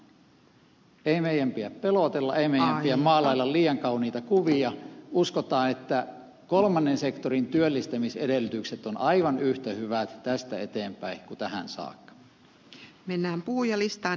ei meidän pidä pelotella ei meidän pidä maalailla liian kauniita kuvia uskotaan että kolmannen sektorin työllistämisedellytykset ovat aivan yhtä hyvät tästä eteenpäin kuin tähän saakka